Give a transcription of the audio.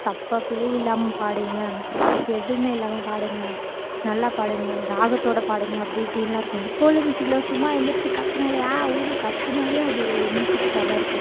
தப்பாக பிழை இல்லாமல் பாடுங்கள் எதுவுமே இல்லாமல் பாடுங்கள் நல்லா பாடுங்கள் ராகத்தோடு பாடுங்கள் அப்படி இப்படின்னுலாம் இருக்கும் இப்போ உள்ள மியூசிக்குலாம் சும்மா எழுந்துரிச்சி கத்தினாலே ஆ ஊன்னு கத்தினாலே அது ஒரு மியூசிக்கா தான் இருக்குது